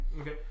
Okay